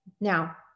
Now